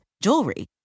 jewelry